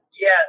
Yes